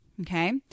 Okay